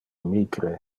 micre